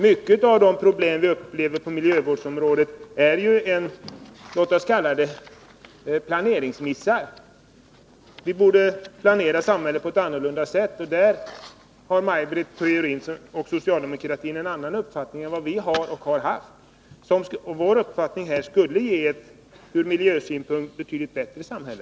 Många av de problem som vi upplever på miljövårdsområdet beror på planeringsmissar. Vi borde planera samhället på ett annat sätt, och i det avseendet har Maj Britt Theorin och socialdemokratin en annan uppfattning än vi har och har haft. Vår uppfattning när det gäller planeringen skulle leda till ett ur miljösynpunkt betydligt bättre samhälle.